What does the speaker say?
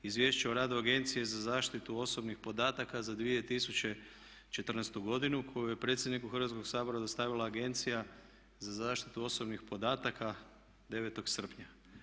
Izvješće o radu Agencije za zaštitu osobnih podataka za 2014. godinu koju je predsjedniku Hrvatskoga sabora dostavila Agencija za zaštitu osobnih podataka 9. srpnja.